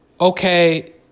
okay